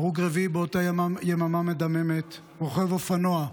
הרוג רביעי באותה יממה מדממת: רוכב אופנוע,